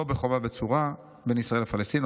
לא בחומה בצורה בין ישראל לפלסטין,